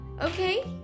okay